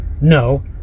No